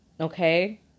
Okay